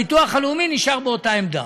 הביטוח הלאומי נשאר באותה עמדה.